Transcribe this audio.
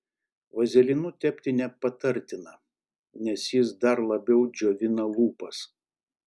vazelinu tepti nepatartina nes jis dar labiau džiovina lūpas